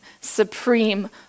supreme